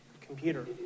computer